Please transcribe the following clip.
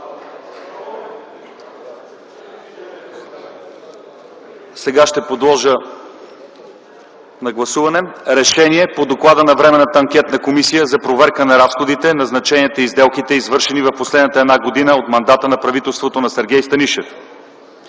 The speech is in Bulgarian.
Сега ще подложа на гласуване: „РЕШЕНИЕ по Доклада на Временната анкетна комисия за проверка на разходите, назначенията и сделките, извършени в последната една година от мандата на правителството на Сергей Станишев